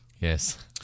Yes